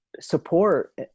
support